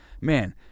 man